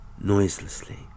Noiselessly